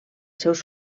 seus